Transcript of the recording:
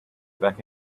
back